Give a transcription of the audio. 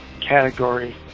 category